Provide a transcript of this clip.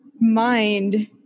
mind